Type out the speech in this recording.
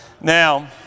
Now